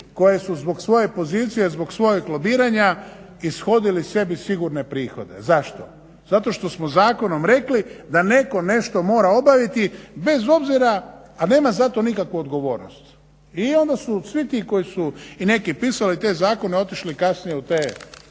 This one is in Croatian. koje su zbog svoje pozicije, zbog svojeg lobiranja ishodili sebi sigurne prihode. Zašto? Zato što smo zakonom rekli da netko nešto mora obaviti bez obzira a nema za to nikakvu odgovornost i onda su svi ti koji su i neki pisali te zakone otišli kasnije u te